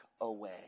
away